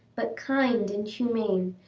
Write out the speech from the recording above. but kind and humane,